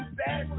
bad